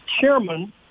chairman